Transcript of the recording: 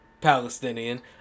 Palestinian